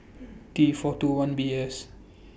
T four two one B S